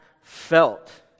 felt